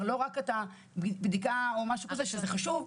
לא רק את הבדיקה או משהו כזה שזה חשוב,